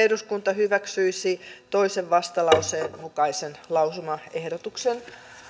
eduskunta hyväksyisi toiseen vastalauseen mukaisen lausumaehdotuksen